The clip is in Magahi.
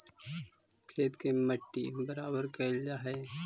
खेत के मट्टी बराबर कयल जा हई